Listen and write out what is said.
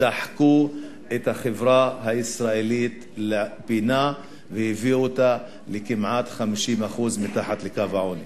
דחקו את החברה הישראלית לפינה והביאו אותה כמעט ל-50% מתחת לקו העוני.